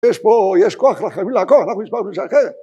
יש פה, יש כוח לחבילה, כוח לחבילה, זה הכי יפה.